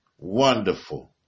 wonderful